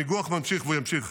הניגוח נמשך ויימשך.